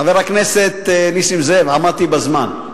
חבר הכנסת נסים זאב, עמדתי בזמן.